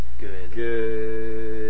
Good